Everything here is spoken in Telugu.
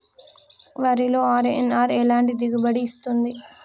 వరిలో అర్.ఎన్.ఆర్ ఎలాంటి దిగుబడి ఇస్తుంది?